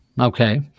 Okay